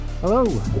Hello